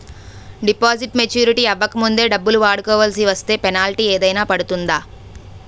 Deposit maturity అవ్వక ముందే డబ్బులు వాడుకొవాల్సి వస్తే పెనాల్టీ ఏదైనా పడుతుందా?